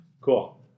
Cool